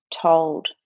told